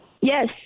Yes